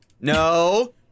No